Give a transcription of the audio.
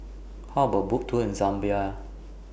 How about A Boat Tour in Zambia